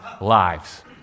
lives